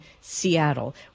Seattle